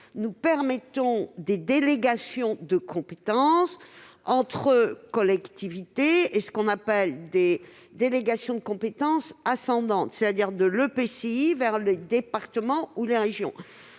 nous permettons des délégations de compétences entre collectivités et des délégations de compétences « ascendantes », c'est-à-dire des EPCI vers les départements ou les régions.